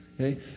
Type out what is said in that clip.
Okay